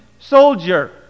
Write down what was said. Soldier